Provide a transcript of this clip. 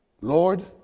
Lord